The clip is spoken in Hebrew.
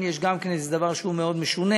גם כאן יש איזה דבר שהוא מאוד משונה.